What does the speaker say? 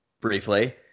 briefly